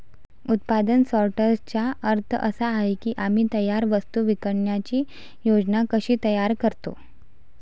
उत्पादन सॉर्टर्सचा अर्थ असा आहे की आम्ही तयार वस्तू विकण्याची योजना कशी तयार करतो